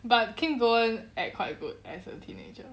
but kim go-eun act quite good as a teenager